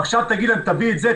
עכשיו תגיד להם: תביא את זה,